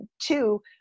two